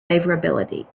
favorability